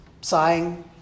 sighing